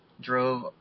Drove